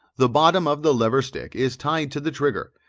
the bottom of the lever-stick is tied to the trigger,